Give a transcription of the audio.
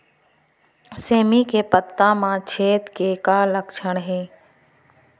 सेमी के पत्ता म छेद के का लक्षण हे?